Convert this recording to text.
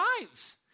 lives